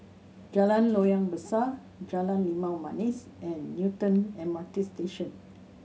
Jalan Loyang Besar Jalan Limau Manis and Newton M R T Station